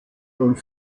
und